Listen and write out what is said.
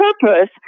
purpose